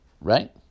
Right